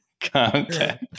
Content